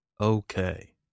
Okay